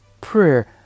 prayer